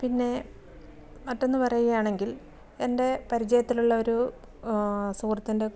പിന്നെ മറ്റൊന്ന് പറയുകയാണെങ്കിൽ എൻ്റെ പരിചയത്തിലുള്ള ഒരു സുഹൃത്തിൻ്റെ